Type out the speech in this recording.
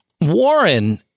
Warren